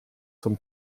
zum